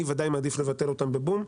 אני בוודאי מעדיף לבטל אותם בבום,